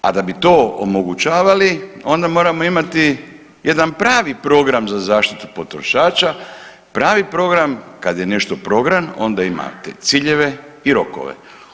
A da bi to omogućavali onda moramo imati jedan pravi program za zaštitu potrošača, pravi program, kad je nešto program onda imate ciljeve i rokove.